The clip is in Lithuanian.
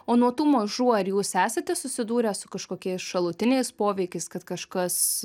o nuo tų mažų ar jūs esate susidūrę su kažkokiais šalutiniais poveikiais kad kažkas